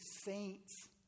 saints